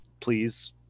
please